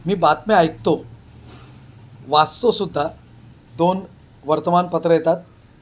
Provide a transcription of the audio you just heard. मी बातम्या ऐकतो वाचतो सुद्धा दोन वर्तमानपत्रं येतात